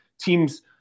teams